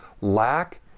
lack